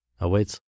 awaits